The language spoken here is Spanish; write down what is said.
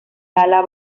ala